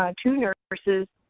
ah two nurses.